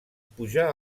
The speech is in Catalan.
pujar